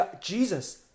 Jesus